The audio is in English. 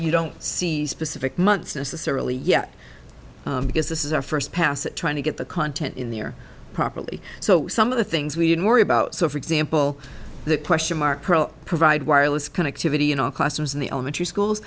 you don't see specific months necessarily yet because this is our first pass at trying to get the content in the air properly so some of the things we didn't worry about so for example the question mark provide wireless connectivity in our classrooms in the elementary schools